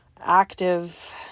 active